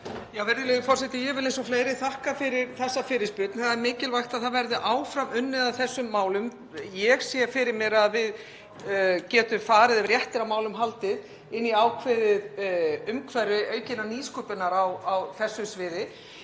Virðulegi forseti. Ég vil eins og fleiri þakka fyrir þessa fyrirspurn. Það er mikilvægt að það verði áfram unnið að þessum málum. Ég sé fyrir mér að við getum, ef rétt er á málum haldið, farið inn í ákveðið umhverfi aukinnar nýsköpunar á þessu sviði.